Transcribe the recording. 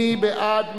מי בעד?